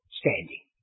standing